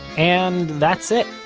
and, that's it.